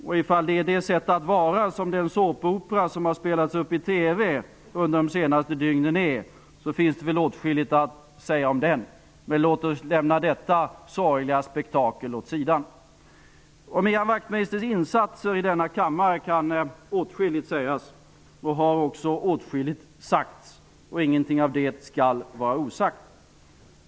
Om det sättet att vara är som den såpopera som spelats upp i TV de senaste dygnen, finns det väl åtskilligt att säga om det. Men låt oss lämna detta sorgliga spektakel åt sidan. Om Ian Wachtmeisters insatser i denna kammare kan åtskilligt sägas, och åtskilligt har också sagts. Ingenting av det skall vara osagt.